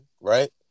right